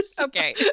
Okay